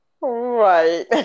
Right